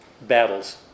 battles